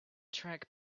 track